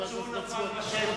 למרות שהוא נפל בשבי,